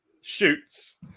shoots